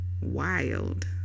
wild